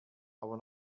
aber